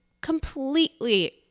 completely